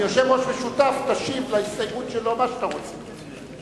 כיושב-ראש משותף תשיב על ההסתייגות שלו מה שאתה רוצה.